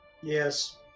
Yes